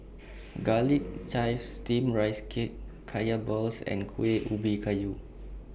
Garlic Chives Steamed Rice Cake Kaya Balls and Kueh Ubi Kayu